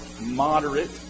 moderate